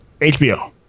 hbo